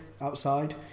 outside